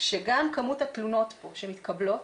שגם כמות התלונות פה שמתקבלות,